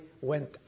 went